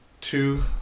two